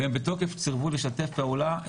והם בתוקף סירבו לשתף פעולה,